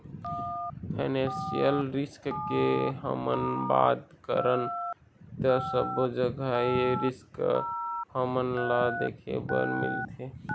financial risk के हमन बात करन ता सब्बो जघा ए रिस्क हमन ल देखे बर मिलथे